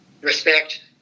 respect